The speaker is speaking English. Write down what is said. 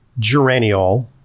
geraniol